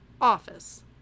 office